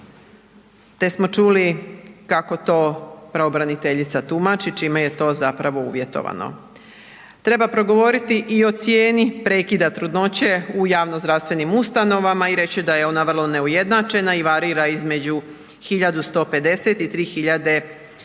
te smo čuli kako to pravobraniteljica tumači, čime je to zapravo uvjetovano. Treba progovoriti i o cijeni prekida trudnoće u javno zdravstvenim ustanovama i reći da je ona vrlo neujednačena i varira između 1.150 i 3.300 kuna.